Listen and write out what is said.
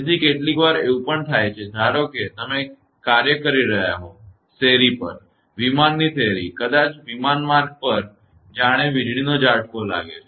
તેથી કેટલીકવાર એવું થઈ શકે કે ધારો કે તમે કાર્ય કરી રહ્યા છો શેરી પર વિમાનની શેરી કદાચ વિમાન માર્ગ પર પણ વીજળીનો ઝટકો લાગે છે